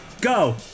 Go